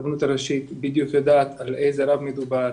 הרבנות הראשית בדיוק יודעת על איזה רב מדובר,